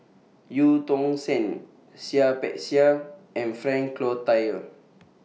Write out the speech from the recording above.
EU Tong Sen Seah Peck Seah and Frank Cloutier